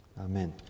Amen